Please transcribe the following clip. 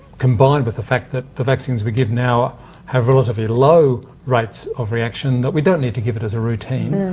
combined with the fact that the vaccines we give now have relatively low rates of reaction, that we don't need to give it as a routine,